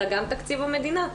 אלא גם תקציב המדינה,